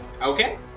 Okay